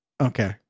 Okay